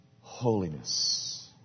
holiness